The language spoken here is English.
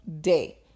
day